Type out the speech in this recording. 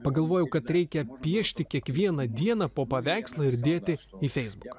pagalvojau kad reikia piešti kiekvieną dieną po paveikslą ir dėti į feisbuką